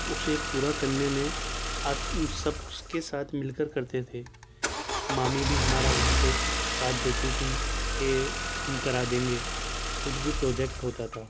اسے پورا کرنے میں سب اس کے ساتھ مل کے کرتے تھے مامی بھی ہمارا وہاں پہ ساتھ دیتی تھی کہ ہم کرا دیں گے کچھ بھی پروجیٹ ہوتا تھا